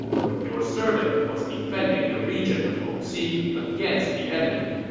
when your servant was defending the region of longxi against the enemy,